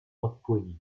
podpłynie